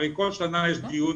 הרי כל שנה יש דיון,